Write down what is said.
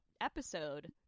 episode